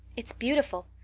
it's beautiful.